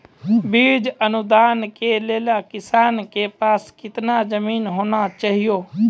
बीज अनुदान के लेल किसानों के पास केतना जमीन होना चहियों?